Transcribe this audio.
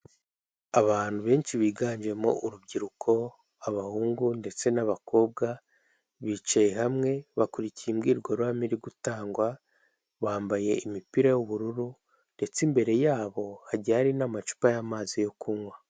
Abantu benshi biganjemo urubyiruko abahungu ndetse n'abakobwa, bicaye hamwe bakurikiye imbwirwaruhame iri gutangwa, bambaye imipira y'ubururu ndetse imbere yabo hagiye hari n'amacupa y'amazi yo kunywa.